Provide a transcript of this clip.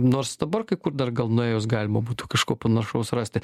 nors dabar kai kur dar gal nuėjus galima būtų kažko panašaus rasti